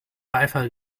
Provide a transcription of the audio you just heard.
beifall